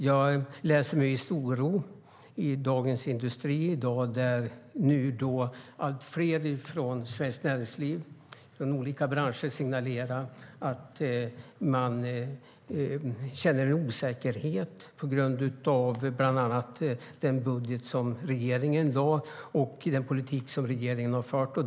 Jag läste med viss oro i Dagens Industri i dag att man från svenskt näringsliv, från olika branscher, nu signalerar att man känner osäkerhet på grund av bland annat den budget regeringen lade fram och den politik regeringen har fört.